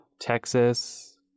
Texas